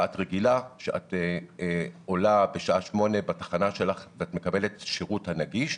ואת רגילה שאת עולה בשעה 08:00 בתחנה שלך ואת מקבלת את השירות הנגיש,